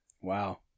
Wow